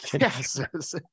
Yes